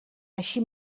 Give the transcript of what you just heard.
així